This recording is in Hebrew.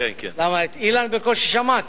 כי את אילן בקושי שמעתי.